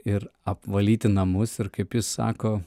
ir apvalyti namus ir kaip jis sako